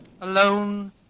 Alone